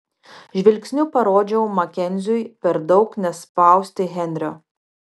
žvilgsniu parodžiau makenziui per daug nespausti henrio